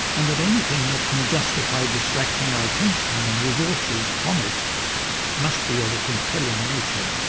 and that anything that can justify distracting our attention and resources from it must be of a compelling nature.